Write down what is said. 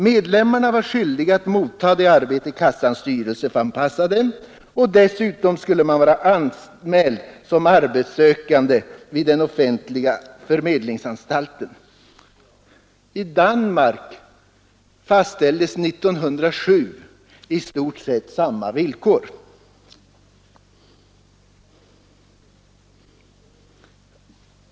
Medlemmarna var skyldiga att mottaga det arbete kassans styrelse fann passa dem. Dessutom skulle man vara anmäld som arbetssökande vid den offentliga förmedlingsanstalten. I Danmark fastställdes 1907 i stort sett samma villkor.